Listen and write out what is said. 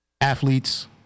Athletes